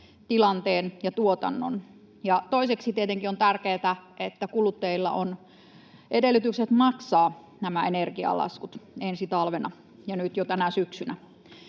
tilanteen ja tuotannon. Toiseksi tietenkin on tärkeätä, että kuluttajilla on edellytykset maksaa nämä energialaskut ensi talvena ja nyt jo tänä syksynä.